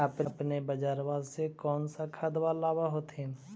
अपने बजरबा से कौन सा खदबा लाब होत्थिन?